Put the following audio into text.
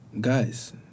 guys